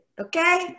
Okay